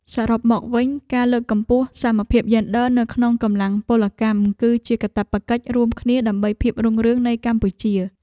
សរុបមកវិញ ការលើកកម្ពស់សមភាពយេនឌ័រនៅក្នុងកម្លាំងពលកម្ម គឺជាកាតព្វកិច្ចរួមគ្នាដើម្បីភាពរុងរឿងនៃកម្ពុជា។